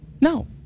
no